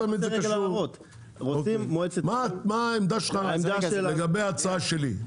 מה העמדה שלך לגבי ההצעה שלי?